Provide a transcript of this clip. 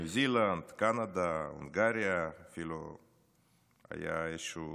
ניו זילנד, קנדה, הונגריה, אפילו היה איזשהו